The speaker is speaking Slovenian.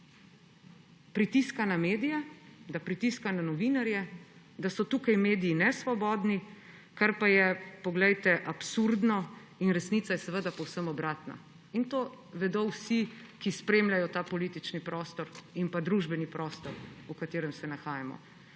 da pritiska na medije, da pritiska na novinarje, da so tukaj mediji nesvobodni, kar pa je, poglejte, absurdno. Resnica je seveda povsem obratna in to vedo vsi, ki spremljajo ta politični prostor in družbeni prostor, v katerem se nahajamo.